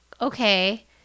okay